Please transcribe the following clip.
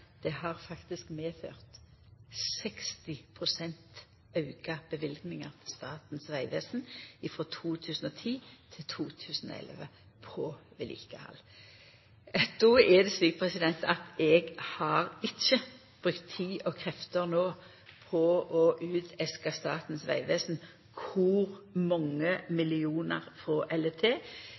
forfallet har faktisk medført 60 pst. i auka løyvingar til Statens vegvesen frå 2010 til 2011 til vedlikehald. Då er det slik at eg har ikkje brukt tid og krefter no på å uteska Statens vegvesen på kor mange millionar frå